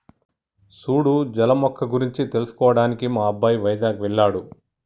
సూడు జల మొక్క గురించి తెలుసుకోవడానికి మా అబ్బాయి వైజాగ్ వెళ్ళాడు